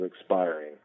expiring